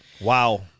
Wow